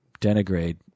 denigrate